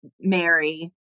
mary